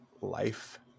life